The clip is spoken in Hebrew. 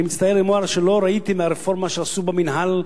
אני מצטער לומר שלא ראיתי מהרפורמה שעשו במינהל,